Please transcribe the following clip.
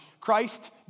Christ